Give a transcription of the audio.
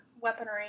weaponry